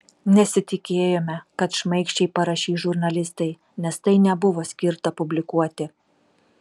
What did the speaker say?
nesitikėjome kad šmaikščiai parašys žurnalistai nes tai nebuvo skirta publikuoti